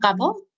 cover